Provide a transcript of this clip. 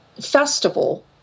festival